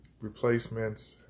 replacements